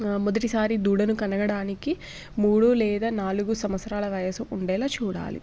మొదటిసారి దూడను కనడానికి మూడు లేదా నాలుగు సంవత్సరాల వయసు ఉండేలా చూడాలి